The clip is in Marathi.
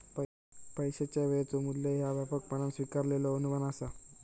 पैशाचा वेळेचो मू्ल्य ह्या व्यापकपणान स्वीकारलेलो अनुमान असा